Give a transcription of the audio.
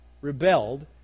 rebelled